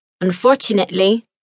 Unfortunately